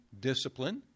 discipline